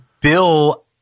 Bill